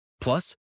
Plus